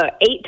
eight